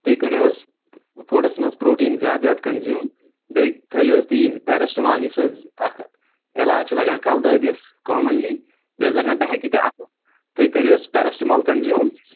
تُہۍ کٔریو حظ فُڈَس منٛز پروٹیٖن زیادٕ زیادٕ کَنزیوٗم بیٚیہِ تھٲیُو حظ تُہۍ پٮ۪رَسٹمال یُس حظ اَکھ علاج چھِ لَگان کَلہٕ دٲدِس کامنلی بیٚیہِ حظ لَگان بےٚ ہٮ۪کتی تہِ اَصٕل تُہۍ کٔریو حظ پٮ۪رَسٹمال کنزیوٗم